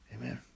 Amen